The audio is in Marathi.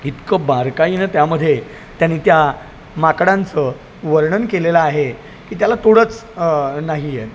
इतकं बारकाईनं त्यामध्ये त्यांनी त्या माकडांचं वर्णन केलेलं आहे की त्याला तोडच नाही आहे